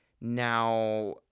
now